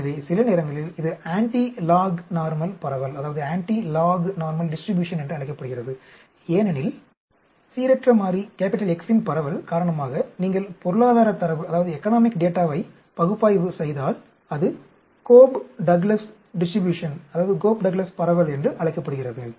எனவே சில நேரங்களில் இது ஆன்டி லாக் நார்மல் பரவல் என்று அழைக்கப்படுகிறது ஏனெனில் சீரற்ற மாறி X இன் பரவல் காரணமாக நீங்கள் பொருளாதார தரவை பகுப்பாய்வு செய்தால் அது "கோப் டக்ளஸ் பரவல்" என்றும் அழைக்கப்படுகிறது